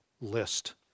list